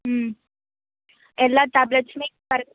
ம் எல்லா டேப்லெட்ஸுமே கரெக்ட்